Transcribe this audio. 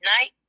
night